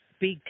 big